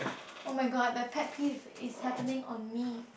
oh-my-god my pet peeve is happening on me